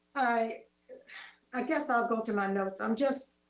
i i guess i'll go through my notes. i'm just,